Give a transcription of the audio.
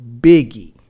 Biggie